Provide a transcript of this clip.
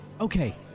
Okay